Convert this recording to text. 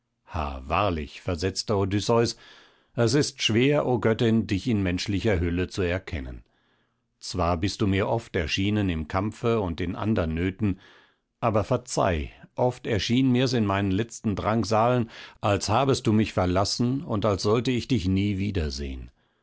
wahrlich versetzte odysseus es ist schwer o göttin dich in menschlicher hülle zu erkennen zwar bist du mir oft erschienen im kampfe und in andern nöten aber verzeih oft schien mir's in meinen letzten drangsalen als habest du mich verlassen und als sollte ich nie dich wiedersehen